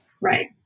Right